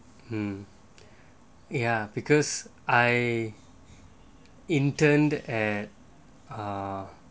um ya because I interned at ah